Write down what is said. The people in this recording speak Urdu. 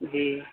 جی